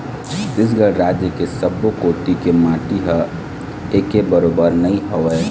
छत्तीसगढ़ राज के सब्बो कोती के माटी ह एके बरोबर नइ होवय